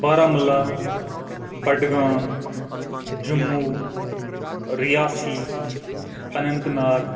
Baramulla Budgam Jammu Reasi Anant Nag